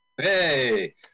Hey